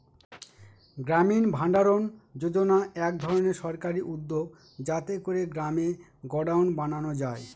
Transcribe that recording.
গ্রামীণ ভাণ্ডারণ যোজনা এক ধরনের সরকারি উদ্যোগ যাতে করে গ্রামে গডাউন বানানো যায়